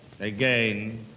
again